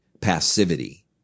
passivity